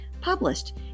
published